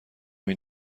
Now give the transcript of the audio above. این